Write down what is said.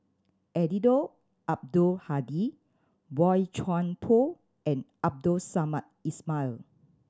Eddino Abdul Hadi Boey Chuan Poh and Abdul Samad Ismail